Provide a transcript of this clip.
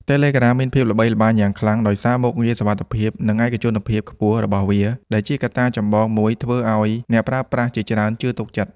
Telegram មានភាពល្បីល្បាញយ៉ាងខ្លាំងដោយសារមុខងារ សុវត្ថិភាព និងឯកជនភាពខ្ពស់ របស់វា ដែលជាកត្តាចម្បងមួយធ្វើឲ្យអ្នកប្រើប្រាស់ជាច្រើនជឿទុកចិត្ត។